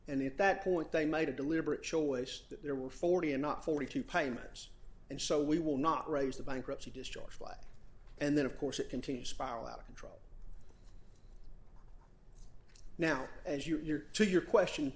and at that point they made a deliberate choice that there were forty and not forty two payments and so we will not raise the bankruptcy discharge what and then of course it continues spiral out of control now as you are to your question